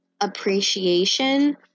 appreciation